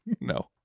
No